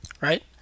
right